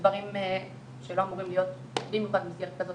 ודברים שלא אמורים להיות במסגרת הזאת.